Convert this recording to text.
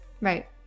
Right